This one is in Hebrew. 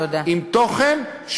עם תוכן,